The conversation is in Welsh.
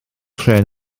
trên